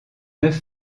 neuf